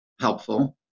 helpful